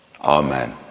Amen